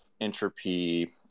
entropy